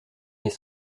mes